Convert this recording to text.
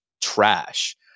trash